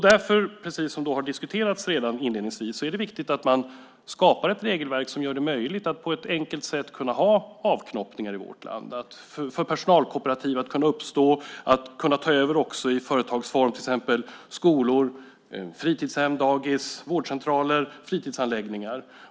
Därför är det, precis som har sagts inledningsvis, viktigt att man skapar ett regelverk som gör det möjligt att på ett enkelt sätt göra avknoppningar i vårt land, för att personalkooperativ ska kunna uppstå och i företagsform kunna ta över skolor, fritidshem, dagis, vårdcentraler och fritidsanläggningar.